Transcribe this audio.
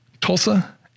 Tulsa